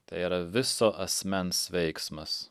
tai yra viso asmens veiksmas